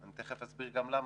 אני תכף אסביר גם למה.